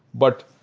but